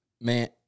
Man